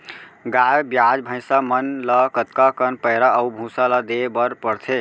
गाय ब्याज भैसा मन ल कतका कन पैरा अऊ भूसा ल देये बर पढ़थे?